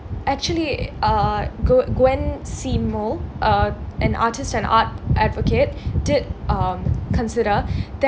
actually uh gwe~ gwenn seemel uh an artist and art advocate did um consider